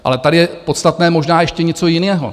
Ale tady je podstatné možná ještě něco jiného.